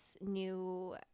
new